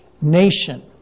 nation